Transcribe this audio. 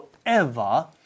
forever